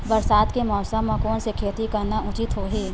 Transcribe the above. बरसात के मौसम म कोन से खेती करना उचित होही?